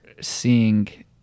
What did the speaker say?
seeing